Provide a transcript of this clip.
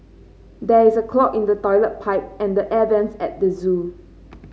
there is a clog in the toilet pipe and the air vents at the zoo